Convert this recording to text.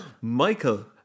Michael